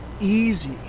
easy